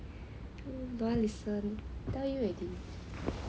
don't want listen tell you already